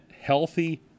healthy